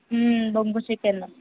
బొంగు చికెను